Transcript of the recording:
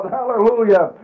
Hallelujah